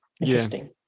interesting